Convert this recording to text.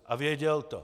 A věděl to.